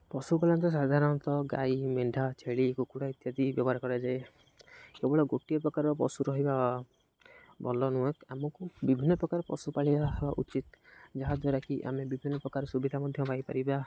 ପଶୁପାଳନତ ସାଧାରଣତଃ ଗାଈ ମେଣ୍ଢା ଛେଳି କୁକୁଡ଼ା ଇତ୍ୟାଦି ବ୍ୟବହାର କରାଯାଏ କେବଳ ଗୋଟିଏ ପ୍ରକାର ପଶୁ ରହିବା ଭଲ ନୁହଁ ଆମକୁ ବିଭିନ୍ନପ୍ରକାର ପଶୁ ପାଳିବା ଉଚିତ୍ ଯାହା ଦ୍ୱାରାକିି ଆମେ ବିଭିନ୍ନପ୍ରକାର ସୁବିଧା ମଧ୍ୟ ପାଇପାରିବା